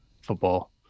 football